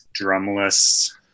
drumless